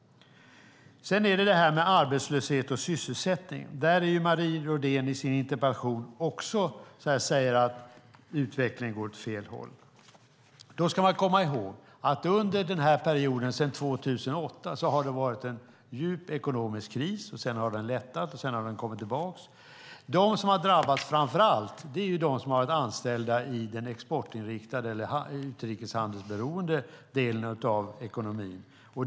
Sedan är det detta med arbetslöshet och sysselsättning. Också där säger Marie Nordén i sin interpellation att utvecklingen går åt fel håll. Då ska man komma ihåg att det under perioden sedan 2008 har varit en djup ekonomisk kris, som har lättat och sedan kommit tillbaka. De som framför allt har drabbats är de som har varit anställda i den exportinriktade eller utrikeshandelsberoende delen av ekonomin.